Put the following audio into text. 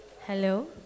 Hello